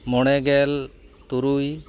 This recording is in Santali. ᱢᱚᱬᱮᱜᱮᱞ ᱛᱩᱨᱩᱭ